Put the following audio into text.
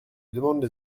demandent